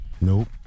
Nope